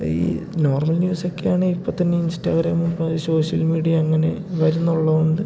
ഈ നോർമൽ ന്യൂസൊക്കെയാണേ ഇപ്പം തന്നെ ഇൻസ്റ്റാഗ്രാമും സോഷ്യൽ മീഡിയ അങ്ങനെ വരുമെന്നുള്ളതു കൊണ്ട്